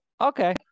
Okay